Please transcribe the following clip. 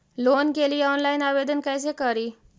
Loan के लिये online आवेदन कैसे करि?